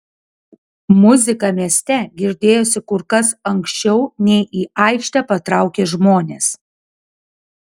muzika mieste girdėjosi kur kas anksčiau nei į aikštę patraukė žmonės